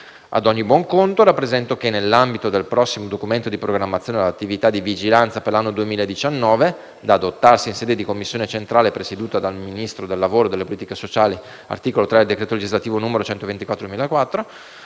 A ogni buon conto, rappresento che, nell'ambito del prossimo documento di programmazione dell'attività di vigilanza per l'anno 2019, da adottarsi in sede di commissione centrale presieduta dal Ministro del lavoro e delle politiche sociali (articolo 3 del decreto legislativo n. 124